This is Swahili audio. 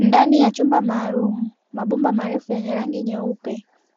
Ndani ya chumba maalumu, mabomba marefu yenye rangi nyeupe